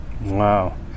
Wow